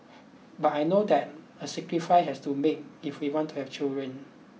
but I know that a sacrifice has to made if we want to have children